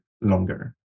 longer